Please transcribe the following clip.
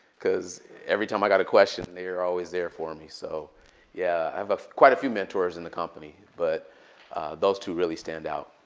because every time i got a question, they are always there for me. so yeah, i have ah quite a few mentors in the company. but those two really stand out.